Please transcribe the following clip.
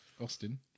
Austin